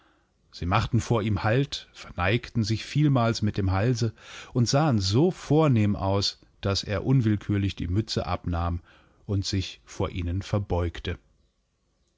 sie machten vor ihm halt verneigten sich vielmals mit dem halse und sahen so vornehm aus daß er unwillkürlich die mütze abnahmundsichvorihnenverbeugte wir haben